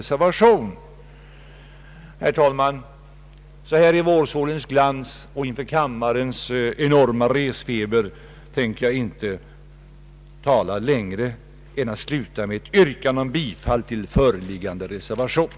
Så här i vårsolens glans och inför kammarens enorma resfeber tänker jag inte tala längre utan slutar med att yrka bifall till föreliggande reservation.